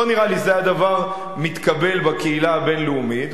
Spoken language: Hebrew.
לא נראה לי שזה דבר מתקבל בקהילה הבין-לאומית.